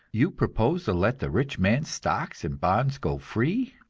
you propose to let the rich man's stocks and bonds go free?